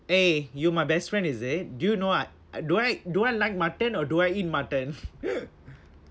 eh you my best friend is it do you know I do I do I like mutton or do I eat mutton